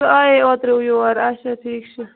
سۄ آے اوترٕ یور اچھا ٹھیٖک چھُ